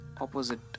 opposite